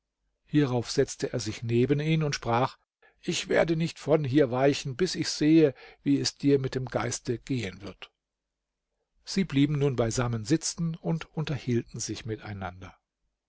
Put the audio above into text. hierauf setzte er sich neben ihn und sprach ich werde nicht von hier weichen bis ich sehe wie es dir mit dem geiste gehen wird sie blieben nun beisammen sitzen und unterhielten sich miteinander